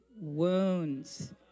wounds